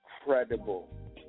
incredible